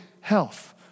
health